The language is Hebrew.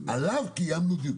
עליו קיימנו דיון.